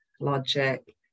logic